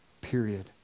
Period